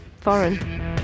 foreign